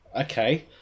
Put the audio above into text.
Okay